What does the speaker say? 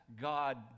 God